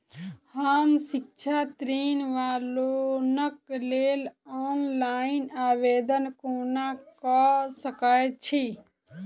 हम शिक्षा ऋण वा लोनक लेल ऑनलाइन आवेदन कोना कऽ सकैत छी?